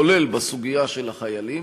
כולל בסוגיה של החיילים,